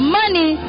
money